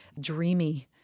dreamy